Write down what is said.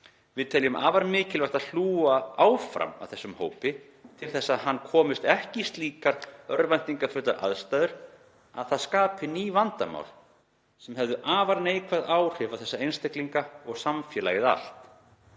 Við teljum afar mikilvægt að hlúa áfram að þessum hópi til þess að það hann komist ekki í slíkar örvæntingafullar aðstæður að það skapi ný vandamál sem hefðu afar neikvæð áhrif á þessa einstaklinga og samfélagið allt.